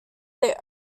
their